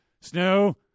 snow